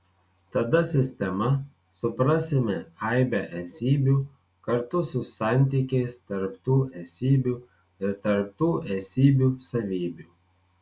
tada sistema suprasime aibę esybių kartu su santykiais tarp tų esybių ir tarp tų esybių savybių